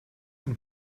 and